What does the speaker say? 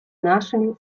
нашими